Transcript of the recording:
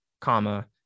comma